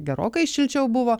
gerokai šilčiau buvo